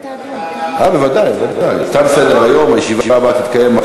ושתי ההצעות יעברו להידון בוועדות שבהן הן נדונו.